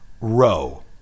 row